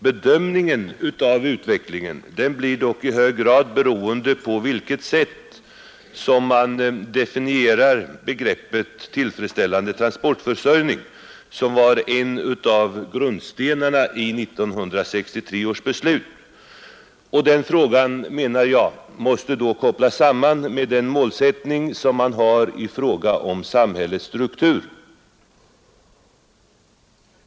Bedömningen av utvecklingen blir dock i hög grad beroende på hur man definierar begreppet tillfredsställande transportförsörjning, som var en av grundstenarna i 1963 års beslut. Den frågan, menar jag, måste då kopplas samman med den målsättning som man har i fråga om samhällets struktur.